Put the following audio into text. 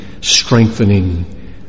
strengthening